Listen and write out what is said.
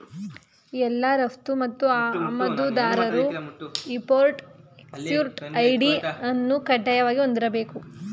ಎಲ್ಲಾ ರಫ್ತು ಮತ್ತು ಆಮದುದಾರರು ಇಂಪೊರ್ಟ್ ಎಕ್ಸ್ಪೊರ್ಟ್ ಐ.ಡಿ ಅನ್ನು ಕಡ್ಡಾಯವಾಗಿ ಹೊಂದಿರಬೇಕು